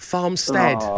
Farmstead